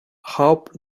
half